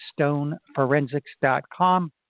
stoneforensics.com